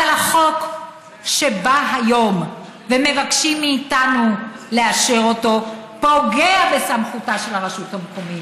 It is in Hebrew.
אבל החוק שבא היום ומבקשים מאיתנו לאשר פוגע בסמכותה של הרשות המקומית,